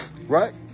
right